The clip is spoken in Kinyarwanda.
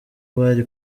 bari